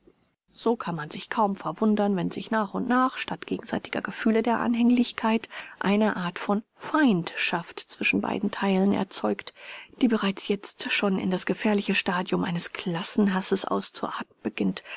so kann man sich kaum verwundern wenn sich nach und nach statt gegenseitiger gefühle der anhänglichkeit eine art von feindschaft zwischen beiden theilen erzeugt die bereits jetzt schon in das gefährliche stadium eines klassen hasses auszuarten beginnt